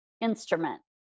instrument